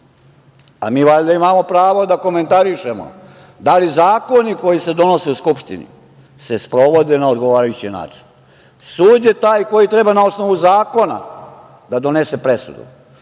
a mi valjda imamo pravo da komentarišemo da li zakoni koji se donose u Skupštini se sprovode na odgovarajući način. Sud je taj koji treba na osnovu zakona da donese presudu,